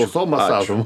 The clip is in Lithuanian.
sausom masažom